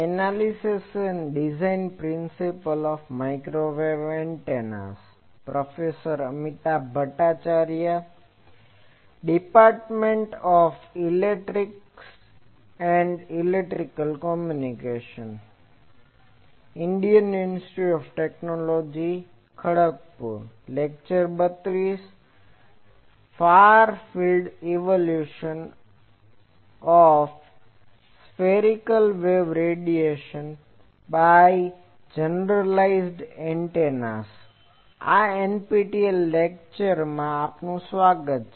આ NPTEL ના લેક્ચરમાં આપનું સ્વાગત છે